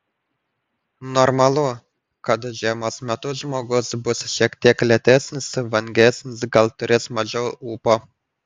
normalu kad žiemos metu žmogus bus šiek tiek lėtesnis vangesnis gal turės mažiau ūpo